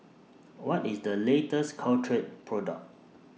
What IS The latest Caltrate Product